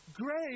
great